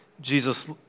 Jesus